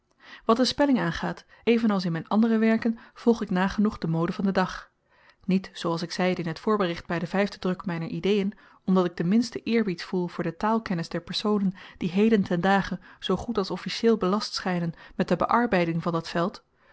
wat de spelling aangaat even als in m'n andere werken volg ik nagenoeg de mode van den dag niet zooals ik zeide in t voorbericht by den vyfden druk myner ideen omdat ik den minsten eerbied voel voor de taalkennis der personen die heden ten dage zoo goed als officieel belast schynen met de bearbeiding van dat veld